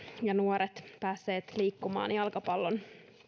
ja nuoret päässeet liikkumaan jalkapallon